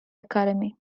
academy